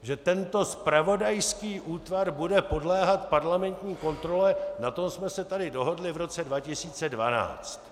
Že tento zpravodajský útvar bude podléhat parlamentní kontrole, na tom jsme se tady dohodli v roce 2012.